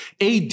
ad